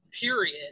period